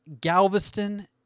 Galveston